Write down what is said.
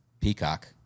peacock